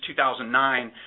2009